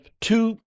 two